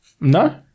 No